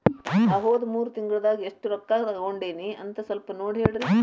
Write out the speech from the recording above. ನಾ ಹೋದ ಮೂರು ತಿಂಗಳದಾಗ ಎಷ್ಟು ರೊಕ್ಕಾ ತಕ್ಕೊಂಡೇನಿ ಅಂತ ಸಲ್ಪ ನೋಡ ಹೇಳ್ರಿ